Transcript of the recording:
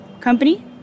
company